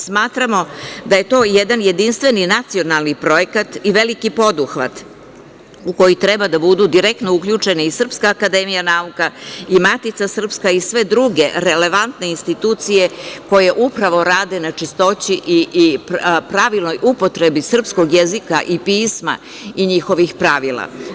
Smatramo da je to jedan jedinstveni nacionalni projekat i veliki poduhvat u koji treba da budu direktno uključeni i Srpska akademija nauka i Matica srpska i sve druge relevantne institucije koje upravo rade na čistoći i pravilnoj upotrebi srpskog jezika i pisma i njihovih pravila.